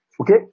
Okay